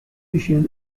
opposition